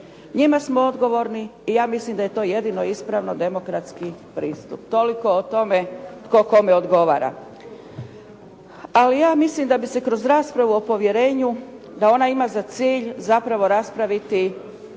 Njima smo odgovorni i ja mislim da je to jedino ispravno demokratski pristup. Toliko o tome tko kome odgovara. Ali ja mislim da bi se kroz raspravu o povjerenju, da ona ima za cilj zapravo raspraviti